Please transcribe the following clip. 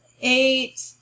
Eight